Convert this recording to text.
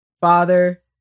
Father